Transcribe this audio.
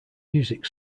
music